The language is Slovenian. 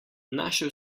našel